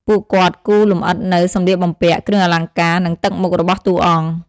ពួកគាត់គូរលម្អិតនូវ សម្លៀកបំពាក់ គ្រឿងអលង្ការ និងទឹកមុខរបស់តួអង្គ។